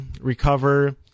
recover